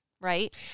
Right